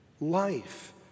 life